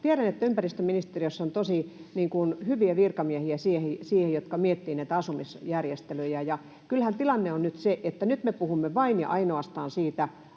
Tiedän, että ympäristöministeriössä on siihen tosi hyviä virkamiehiä, jotka miettivät näitä asumisjärjestelyjä. Kyllähän tilanne on nyt se, että nyt me puhumme vain ja ainoastaan siitä